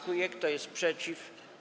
Kto jest przeciw?